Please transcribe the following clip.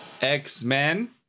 x-men